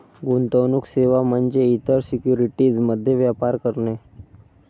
गुंतवणूक सेवा म्हणजे इतर सिक्युरिटीज मध्ये व्यापार करणे